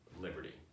liberty